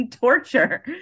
torture